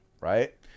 right